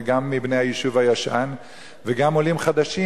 גם מבני היישוב הישן וגם עולים חדשים,